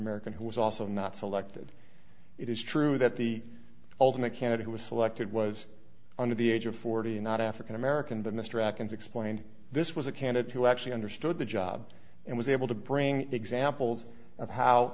american who was also not selected it is true that the ultimate candidate who was selected was under the age of forty not african american but mr racoons explained this was a candidate who actually understood the job and was able to bring examples of how